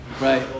Right